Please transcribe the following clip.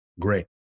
Great